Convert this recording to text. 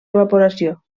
evaporació